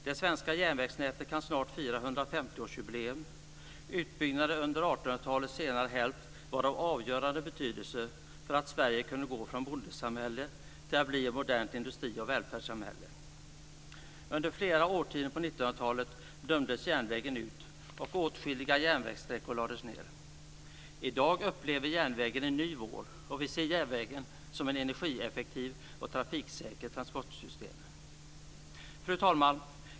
Det svenska järnvägsnätet kan snart fira 150-årsjubileum. Utbyggnaden under 1800-talets senare hälft var av avgörande betydelse för att Sverige kunde gå från bondesamhälle till att bli ett modernt industri och välfärdssamhälle. dag upplever järnvägen en ny vår och vi ser järnvägen som ett energieffektivt och trafiksäkert transportsystem. Fru talman!